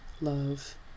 love